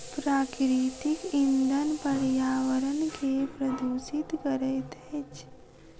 प्राकृतिक इंधन पर्यावरण के प्रदुषित करैत अछि